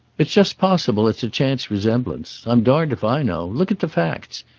it's just possible it's a chance resemblance. i'm darned if i know. look at the facts!